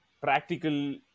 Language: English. practical